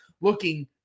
looking